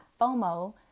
FOMO